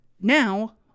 Now